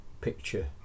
picture